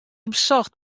besocht